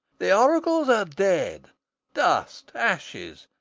the oracles are dead dust, ashes,